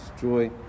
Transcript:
joy